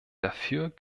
dafür